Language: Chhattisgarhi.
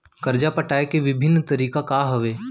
करजा पटाए के विभिन्न तरीका का हवे?